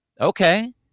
okay